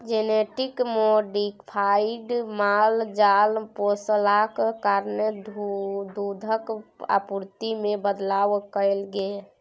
genetic modified माल जाल पोसलाक कारणेँ दुधक आपुर्ति मे बदलाव एलय यै